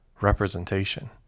representation